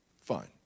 Fine